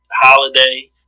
Holiday